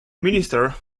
minister